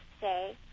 say